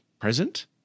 present